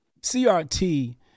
CRT